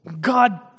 God